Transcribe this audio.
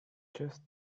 just